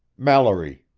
mallory,